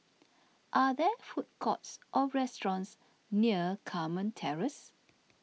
are there food courts or restaurants near Carmen Terrace